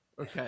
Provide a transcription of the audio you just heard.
Okay